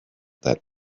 that